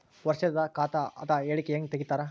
ವರ್ಷದ ಖಾತ ಅದ ಹೇಳಿಕಿ ಹೆಂಗ ತೆಗಿತಾರ?